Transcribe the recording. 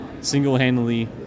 single-handedly